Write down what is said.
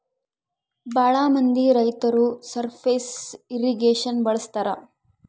ಭಾಳ ಮಂದಿ ರೈತರು ಸರ್ಫೇಸ್ ಇರ್ರಿಗೇಷನ್ ಬಳಸ್ತರ